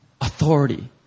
authority